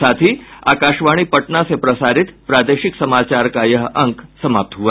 इसके साथ ही आकाशवाणी पटना से प्रसारित प्रादेशिक समाचार का ये अंक समाप्त हुआ